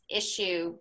issue